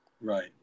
Right